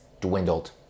dwindled